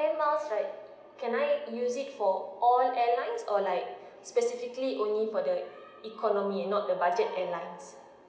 air miles right can I use it for all airlines or like specifically only for the economy not the budget airlines